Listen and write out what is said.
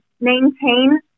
Maintain